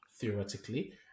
theoretically